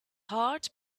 heart